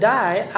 die